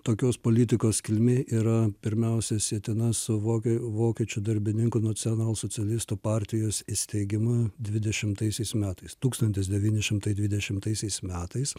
tokios politikos kilmė yra pirmiausia sietina su vokie vokiečių darbininkų nacionalsocialistų partijos įsteigimu dvidešimtaisiais metais tūkstantis devyni šimtai dvidešimtaisiais metais